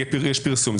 ויש גם פרסום.